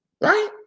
Right